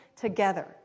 together